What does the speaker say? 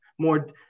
more